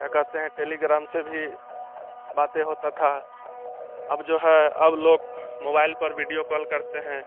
क्या कहते हैं टेलिग्राम से भी बातें होता था अब जो है अब लोग मोबाइल पर वीडियो कॉल करते हैं